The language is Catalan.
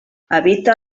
habita